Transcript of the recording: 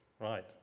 right